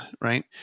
right